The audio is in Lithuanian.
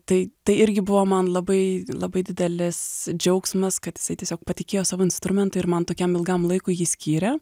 tai irgi buvo man labai labai didelis džiaugsmas kad jisai tiesiog patikėjo savo instrumentą ir man tokiam ilgam laikui jį skyrė